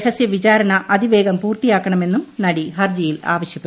രഹസ്യ വിചാരണ അതിവേഗം പൂർത്തിയാക്കണമെന്നും നടി ഹർജിയിൽ ആവശ്യപ്പെട്ടു